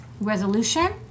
resolution